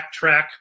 backtrack